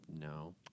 No